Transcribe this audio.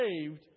saved